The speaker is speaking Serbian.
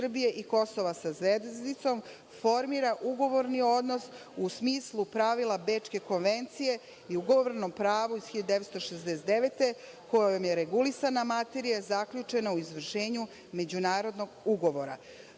i Kosova, sa zvezdicom, formira ugovorni odnos u smislu pravila Bečke konvencije i ugovorenom pravu iz 1969. kojom je regulisana materija zaključena u izvršenju Međunarodnog ugovora“.Ovim